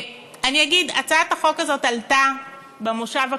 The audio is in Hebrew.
אני אגיד, הצעת החוק הזאת עלתה במושב הקודם,